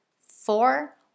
four